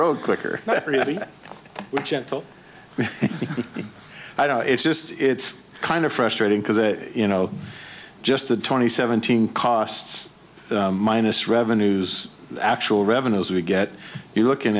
road quicker gentle i don't it's just it's kind of frustrating because you know just the twenty seventeen costs minus revenues actual revenues we get you're looking